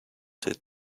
did